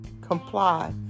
comply